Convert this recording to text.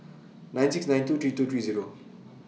nine six nine two three two three Zero